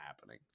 happening